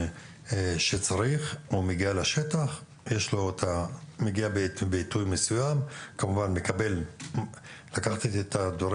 הוא מגיע לשטח בעיתוי מסוים, מקבל את המקל.